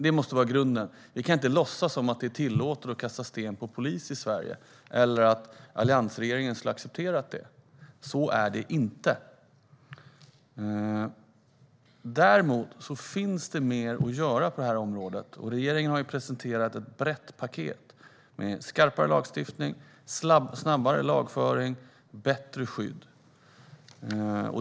Det måste vara grunden. Vi kan inte låtsas som att det är tillåtet att kasta sten på polis i Sverige eller att alliansregeringen skulle ha accepterat det. Så är det inte. Däremot finns det mer att göra på det här området, och regeringen har presenterat ett brett paket med skarpare lagstiftning, snabbare lagföring och bättre skydd.